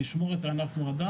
לשמור את הענף מועדף.